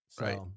Right